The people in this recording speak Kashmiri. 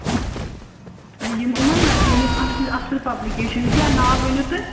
یِم یِمَن لَگَن یِم اَصلہِ اَصٕل پبلِکیشن کیٛاہ ناو ؤنِو تُہۍ